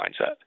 mindset